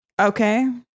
Okay